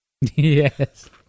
yes